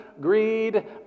greed